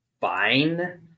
fine